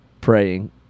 praying